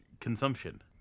consumption